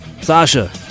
Sasha